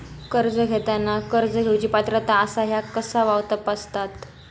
कर्ज घेताना कर्ज घेवची पात्रता आसा काय ह्या कसा तपासतात?